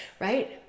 Right